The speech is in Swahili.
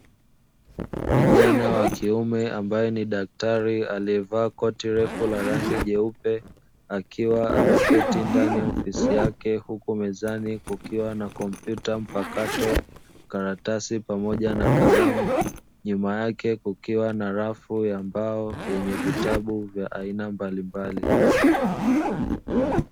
Kijana wa kiume ambaye ni daktari aliyevaaa koti refu la rangi jeupe akiwa ameketi ndani ya ofisi yake huku mezani kukiwa na kompyuta mpakato, karatasi pamoja na kalamu nyuma yake kukiwa na rafu ya mbao yenye vitabu vya aina mbalimbali.